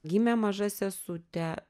gimė maža sesutė